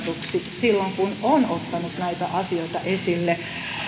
silloin kun on ottanut näitä asioita esille